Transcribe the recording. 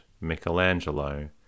Michelangelo